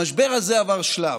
המשבר הזה עבר שלב: